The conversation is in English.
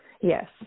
Yes